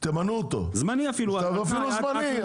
תמנו אותו --- זמני אפילו --- אפילו זמני,